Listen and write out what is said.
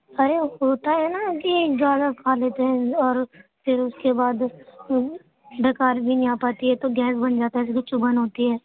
ارے ہوتا ہے نا کہ زیادہ کھا لیتے ہے اور پھر اس کے بعد ڈکار بھی نہیں آ پاتی ہے تو گیس بن جاتا ہے تو پھر چبھن ہوتی ہے